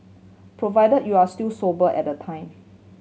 provide you were still sober at the time